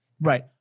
Right